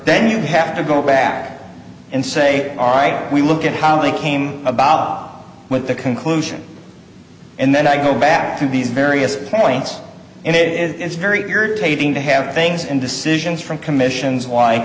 then you have to go back and say all right we look at how they came about with the conclusion and then i go back to these various points and it is it's very irritating to have things and decisions from commissions why